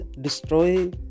destroy